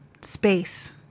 space